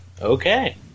Okay